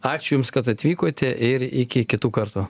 ačiū jums kad atvykote ir iki kitų kartų